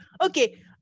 okay